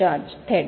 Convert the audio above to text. George थेट